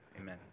Amen